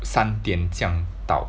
三点这样到